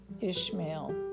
Ishmael